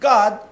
God